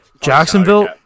Jacksonville